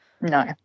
No